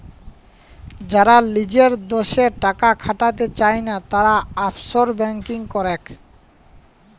যারা লিজের দ্যাশে টাকা খাটাতে চায়না, তারা অফশোর ব্যাঙ্কিং করেক